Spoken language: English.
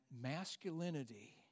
masculinity